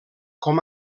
com